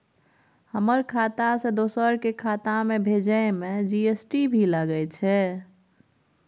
हमर खाता से दोसर के खाता में भेजै में जी.एस.टी भी लगैछे?